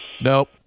Nope